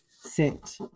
sit